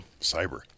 Cyber